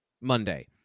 Monday